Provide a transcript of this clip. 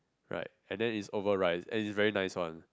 right and then is over rice and it's very nice one